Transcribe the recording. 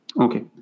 Okay